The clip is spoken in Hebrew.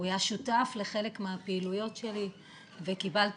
הוא היה שותף לחלק מהפעילויות שלי וקיבלתי